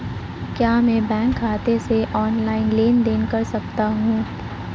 क्या मैं बैंक खाते से ऑनलाइन लेनदेन कर सकता हूं?